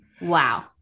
Wow